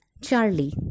Charlie